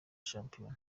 shampiona